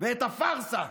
ואת הפארסה.